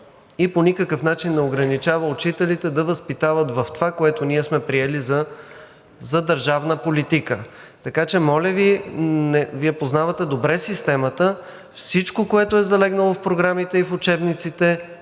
и по никакъв начин не ограничава учителите да възпитават в това, което ние сме приели за държавна политика. Така че, моля Ви, Вие познавате добре системата, всичко, което е залегнало в програмите и в учебниците,